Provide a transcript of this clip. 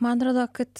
man atrodo kad